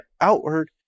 outward